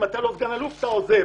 אם אתה לא סגן אלוף אתה עוזב.